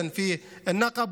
בנגב,